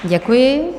Děkuji.